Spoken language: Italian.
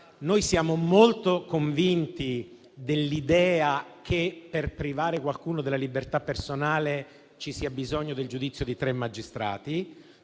Siamo molto convinti dell'idea che per privare qualcuno della libertà personale ci sia bisogno del giudizio di tre magistrati.